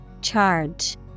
Charge